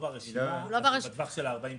עד הלום,